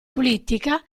politica